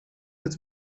het